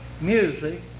music